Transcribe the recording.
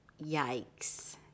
Yikes